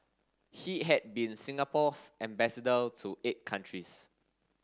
he had been Singapore's ambassador to eight countries